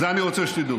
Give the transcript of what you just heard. את זה אני רוצה שתדעו.